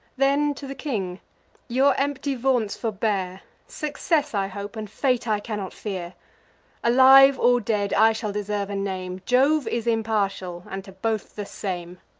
then to the king your empty vaunts forbear success i hope, and fate i cannot fear alive or dead, i shall deserve a name jove is impartial, and to both the same.